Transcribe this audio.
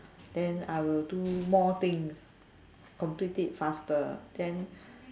then I will do more things complete it faster then